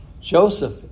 Joseph